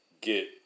get